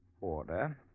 order